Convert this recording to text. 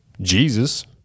Jesus